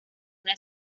una